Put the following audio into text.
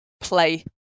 play